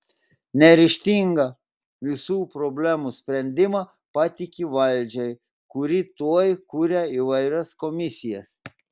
neryžtinga visų problemų sprendimą patiki valdžiai kuri tuoj kuria įvairias komisijas